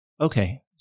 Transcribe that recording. Okay